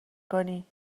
کنی